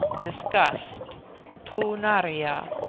disgust poo-naria,